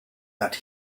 that